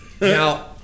Now